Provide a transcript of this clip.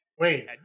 Wait